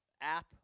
app